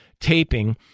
taping